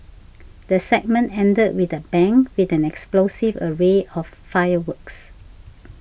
the segment ended with the bang with an explosive array of fireworks